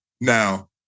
now